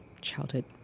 childhood